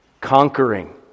conquering